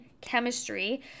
chemistry